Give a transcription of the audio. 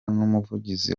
n’umuvugizi